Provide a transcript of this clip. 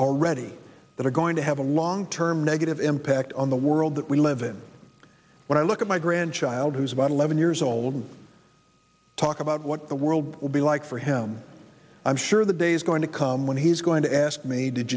already that are going to have a long term negative impact on the world that we live in when i look at my grandchild who's about eleven years old and talk about what the world will be like for him i'm sure the day is going to come when he's going to ask me did